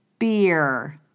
beer